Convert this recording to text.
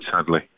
sadly